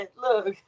Look